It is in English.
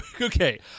Okay